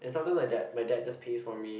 and sometimes my dad my dad just pays for me